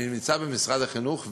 אני נמצא במשרד החינוך,